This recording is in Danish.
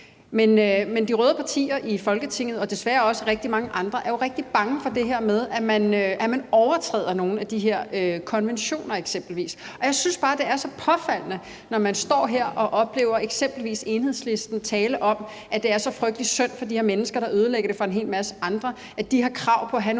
Men de røde partier i Folketinget – og desværre også rigtig mange andre – er jo rigtig bange for det her med, at man overtræder nogle af de her konventioner, eksempelvis. Og jeg synes bare, det er så påfaldende, når man står her og oplever eksempelvis Enhedslisten tale om, at det er så frygtelig synd for de her mennesker, der ødelægger det for en hel masse andre, og at de har krav på at have nogle